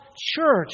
church